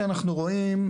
רוני הרשקוביץ,